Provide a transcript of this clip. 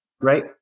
right